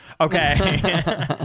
okay